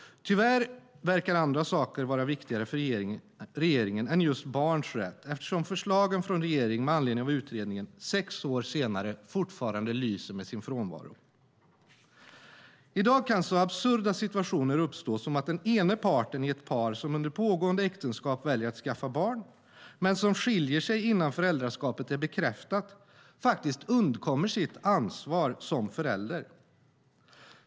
Tyvärr verkar andra saker vara viktigare för regeringen än barns rätt, eftersom förslagen från regeringen med anledning av utredningen sex år senare fortfarande lyser med sin frånvaro. I dag kan så absurda situationer uppstå som att den ena parten i ett par som under pågående äktenskap väljer att skaffa barn, men som skiljer sig innan föräldraskapet är bekräftat, undkommer sitt ansvar som förälder.